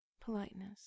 Politeness